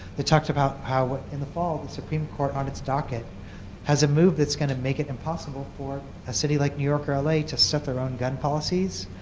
they talked about how in the fall the supreme court on its docket has a move that's going to make it impossible for a city like new york or ah la to set their own gun policies.